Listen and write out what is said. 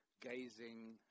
gazing